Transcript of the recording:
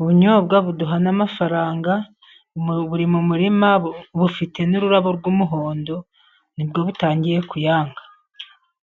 ubunyobwa buduhana n'amafaranga, buri mu murima bufite n'ururabo rw'umuhondo nibwo butangiye kuyanga.